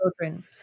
children